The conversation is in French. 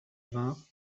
vingts